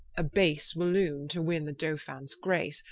a base wallon, to win the dolphins grace,